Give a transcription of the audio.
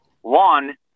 One